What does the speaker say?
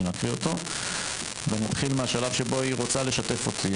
מקריא אותו ואני אתחיל מהשלב שבו היא רוצה לשתף אותי.